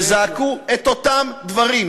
שזעקו את אותם דברים,